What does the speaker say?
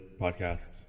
podcast